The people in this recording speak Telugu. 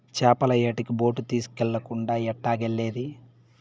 చేపల యాటకి బోటు తీస్కెళ్ళకుండా ఎట్టాగెల్లేది